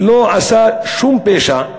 לא עשה שום פשע,